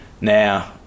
Now